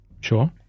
Sure